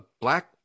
black